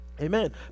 Amen